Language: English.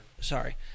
Sorry